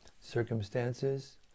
circumstances